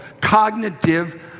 cognitive